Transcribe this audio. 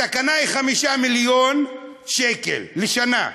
התקנה היא 5 מיליון שקל לשנה,